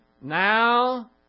now